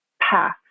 path